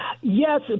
yes